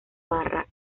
barra